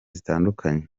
zitandukanye